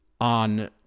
on